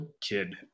kid